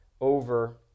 over